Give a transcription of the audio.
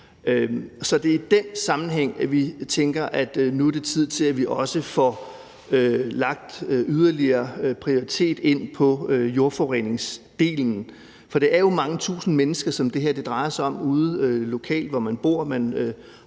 Så det er i den sammenhæng, vi tænker, at det nu er tid til, at vi også får prioriteret jordforureningsdelen højere, for det er jo mange tusind mennesker, som det her drejer sig om ude lokalt, hvor de bor,